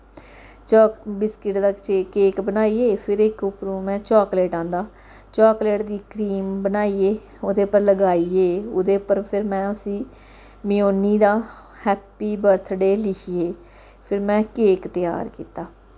चाक biscuit दा cake बनाइयै फिर इक उप्परों में चाकलेट आंदा चाकलेट दी क्रीम बनाइयै ओह्दे उप्पर लगाइयै ओह्दे पर फिर में उसी में उन्नी दा हैप्पी बर्थडे लिखियै फिर में केक त्यार कीता